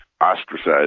ostracized